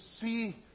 see